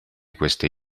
queste